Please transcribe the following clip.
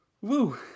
Woo